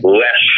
less